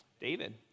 David